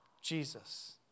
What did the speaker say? Jesus